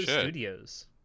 Studios